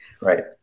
Right